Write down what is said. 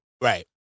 Right